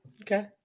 Okay